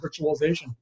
virtualization